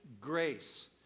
grace